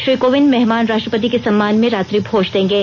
श्री कोविंद मेहमान राष्ट्रपति के सम्मान में रात्रि भोज देंगे